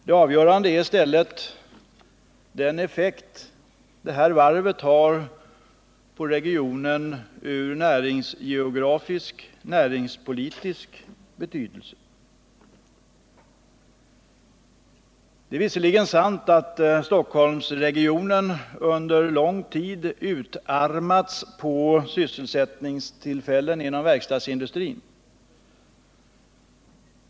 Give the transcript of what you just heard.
Det avgörande är i stället den betydelse varvet har för regionen ur näringsgeografisknäringspolitisk synvinkel. Det är visserligen sant att Stockholmsregionen under lång tid har utarmats på sysselsättningstillfällen inom verkstadsindustrin.